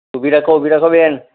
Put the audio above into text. ઊભી રાખો ઊભી રાખો બેન